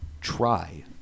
try